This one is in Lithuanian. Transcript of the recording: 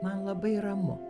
man labai ramu